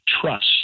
trust